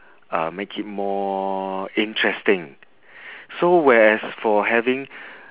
uh make it more interesting so whereas for having